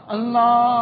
Allah